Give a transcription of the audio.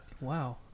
Wow